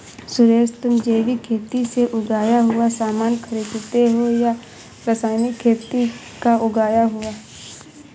सुरेश, तुम जैविक खेती से उगाया हुआ सामान खरीदते हो या रासायनिक खेती का उगाया हुआ?